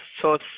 source